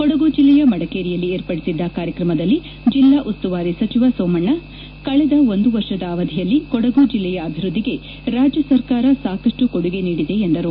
ಕೊಡಗು ಜಿಲ್ಲೆಯ ಮಡಿಕೇರಿಯಲ್ಲಿ ಏರ್ಪಡಿಸಿದ್ದ ಕಾರ್ಯಕ್ರಮದಲ್ಲಿ ಜಿಲ್ಲಾ ಉಸ್ತುವಾರಿ ಸಚಿವ ಸೋಮಣ್ಣ ಕಳೆದ ಒಂದು ವರ್ಷದ ಅವಧಿಯಲ್ಲಿ ಕೊಡಗು ಜಿಲ್ಲೆಯ ಅಭಿವ್ವದ್ನಿಗೆ ರಾಜ್ಯ ಸರ್ಕಾರ ಸಾಕಪ್ಟು ಕೊಡುಗೆ ನೀಡಿದೆ ಎಂದರು